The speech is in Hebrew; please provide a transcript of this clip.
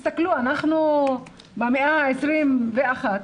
אנחנו במאה העשרים ואחת,